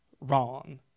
wrong